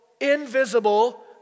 invisible